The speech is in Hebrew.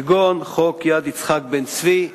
כגון חוק יד יצחק בן-צבי,